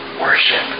Worship